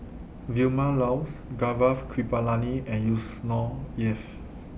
Vilma Laus Gaurav Kripalani and Yusnor Ef